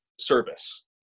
service